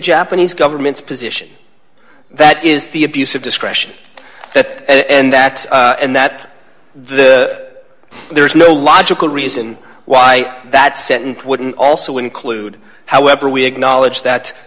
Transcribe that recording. japanese government's position that is the abuse of discretion that and that and that the there is no logical reason why that sentence wouldn't also include however we acknowledge that